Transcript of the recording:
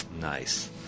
Nice